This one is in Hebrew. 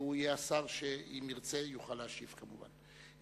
והוא יהיה השר שאם ירצה, יוכל להשיב, כמובן.